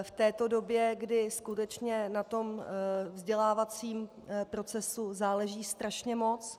v této době, kdy skutečně na tom vzdělávacím procesu záleží strašně moc.